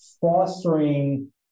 fostering